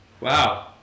Wow